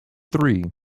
three